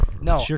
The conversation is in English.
No